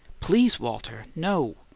please, walter no!